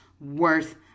worth